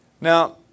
Now